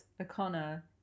O'Connor